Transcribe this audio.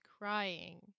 Crying